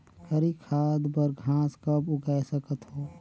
हरी खाद बर घास कब उगाय सकत हो?